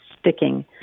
sticking